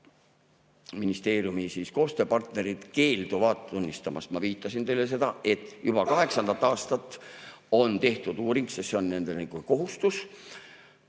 ministeeriumi koostööpartnerid keelduvad tunnistamast. Ma ütlesin teile seda, et juba kaheksandat aastat tehakse uuringuid, sest see on nende kohustus,